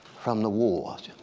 from the wars?